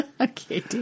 okay